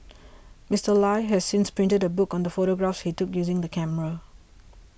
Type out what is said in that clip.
Mister Lie has since printed a book on the photographs he took using the camera